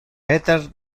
peter